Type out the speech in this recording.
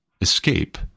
escape